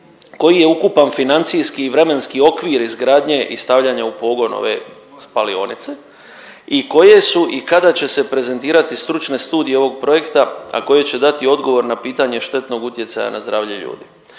koji je ukupan financijski i vremenski okvir izgradnje i stavljanja u pogon ove spalionice i koje su i kada će se prezentirati stručne studije ovog projekta, a koje će dati odgovor na pitanje štetnog utjecaja na zdravlje ljudi.